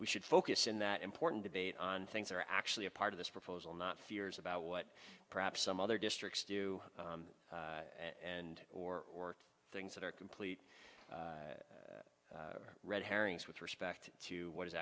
we should focus in that important debate on things that are actually a part of this proposal not fears about what perhaps some other districts do and or things that are complete red herrings with respect to what is